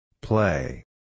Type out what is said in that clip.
Play